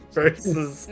Versus